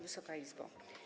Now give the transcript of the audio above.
Wysoka Izbo!